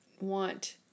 want